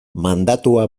mandatua